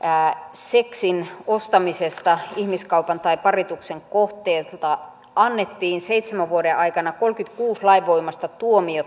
seksin ostamisesta ihmiskaupan tai parituksen kohteelta annettiin seitsemän vuoden aikana kolmekymmentäkuusi lainvoimaista tuomiota